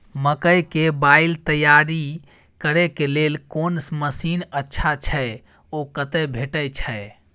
मकई के बाईल तैयारी करे के लेल कोन मसीन अच्छा छै ओ कतय भेटय छै